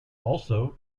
also